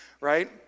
right